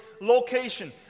location